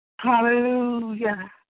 Hallelujah